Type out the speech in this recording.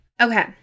Okay